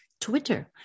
Twitter